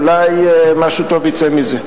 אולי משהו טוב יצא מזה.